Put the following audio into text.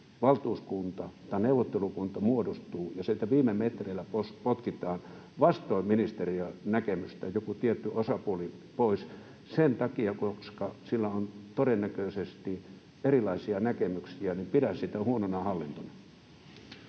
miten joku neuvottelukunta muodostuu, ja sieltä viime metreillä potkitaan vastoin ministeriön näkemystä joku tietty osapuoli pois sen takia, koska sillä on todennäköisesti erilaisia näkemyksiä, niin pidän sitä huonona hallintona.